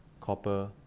copper